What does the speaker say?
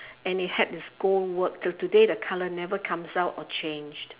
and it had this gold work till today the colour never comes out or changed